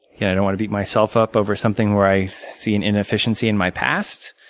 yeah i don't want to beat myself up over something where i see an inefficiency in my past,